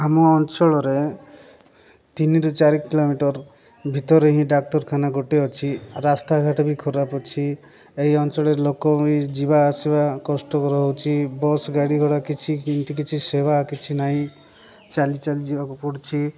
ଆମ ଅଞ୍ଚଳରେ ତିନିରୁ ଚାରି କିଲୋମିଟର ଭିତରେ ହିଁ ଡ଼ାକ୍ଟରଖାନା ଗୋଟେ ଅଛି ରାସ୍ତାଘାଟ ବି ଖରାପ ଅଛି ଏହି ଅଞ୍ଚଳରେ ଲୋକ ବି ଯିବା ଆସିବା କଷ୍ଟକର ହେଉଛି ବସ୍ ଗାଡ଼ି ଘୋଡ଼ା କିଛି ଏମିତି କିଛି ସେବା କିଛି ନାଇଁ ଚାଲି ଚାଲି ଯିବାକୁ ପଡ଼ୁଛି